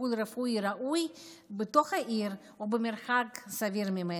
טיפול רפואי ראוי בתוך העיר ובמרחק סביר ממנה.